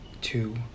two